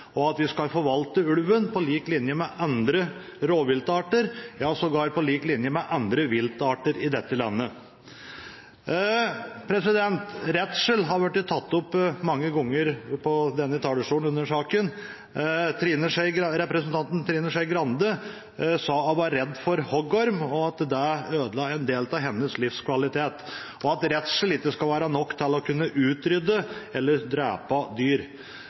og at vi skal forvalte ulven på lik linje med andre rovviltarter – ja sågar på lik linje med andre viltarter i dette landet. Redsel har i saken blitt tatt opp mange ganger fra denne talerstolen. Representanten Trine Skei Grande sa hun var redd for hoggorm, at det ødela en del av hennes livskvalitet, og at redsel ikke skal være nok til å kunne utrydde eller drepe dyr.